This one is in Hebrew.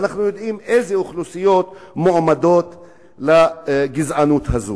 ואנחנו יודעים איזה אוכלוסיות מועמדות לגזענות הזאת.